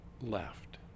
left